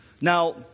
Now